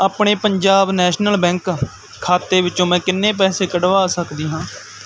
ਆਪਣੇ ਪੰਜਾਬ ਨੈਸ਼ਨਲ ਬੈਂਕ ਖਾਤੇ ਵਿੱਚੋਂ ਮੈਂ ਕਿੰਨੇ ਪੈਸੇ ਕੱਢਵਾ ਸਕਦੀ ਹਾਂ